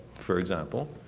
for example,